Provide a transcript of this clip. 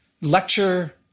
Lecture